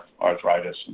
arthritis